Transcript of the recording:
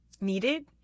needed